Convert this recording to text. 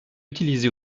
utilisée